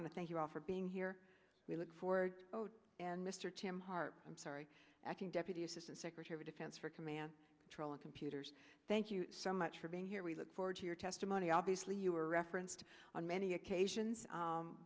want to thank you all for being here we look forward and mr tim hart i'm sorry acting deputy assistant secretary of defense for command trolling computers thank you so much for being here we look forward to your testimony obviously you were referenced on many occasions